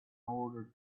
order